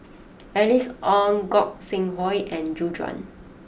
Alice Ong Gog Sing Hooi and Gu Juan